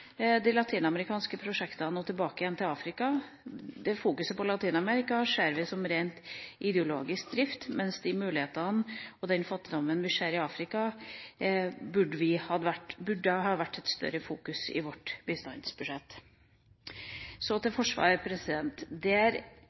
de latinamerikanske prosjektene tilbake igjen til Afrika. Fokuset på Latin-Amerika ser vi som rent ideologisk drift, mens de mulighetene og den fattigdommen vi ser i Afrika, burde ha fått større oppmerksomhet i vårt bistandsbudsjett. Så til forsvar.